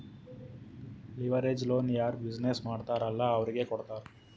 leverage loan ಯಾರ್ business ಮಾಡ್ತಾರ್ ಅಲ್ಲಾ ಅವ್ರಿಗೆ ಕೊಡ್ತಾರ್